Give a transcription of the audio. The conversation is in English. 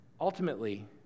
Ultimately